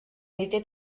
était